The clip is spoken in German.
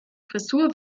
frisur